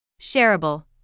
Shareable